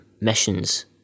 missions